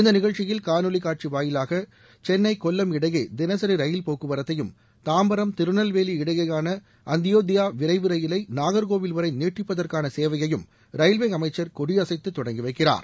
இந்த நிகழ்ச்சியில் காணொலிக் காட்சி வாயிலாக சென்னை கொல்லம் இடையே தினசரி ரயில் போக்குவரத்தையும் தாம்பரம் திருநெல்வேலி இடையேயான அந்தியோதயா விரைவு ரயிலை நாகர்கோவில் வரை நீட்டிப்பதற்கான சேவையையும் ரயில்வே அமைச்சர் கொடியசைத்து தொடங்கி வைக்கிறார்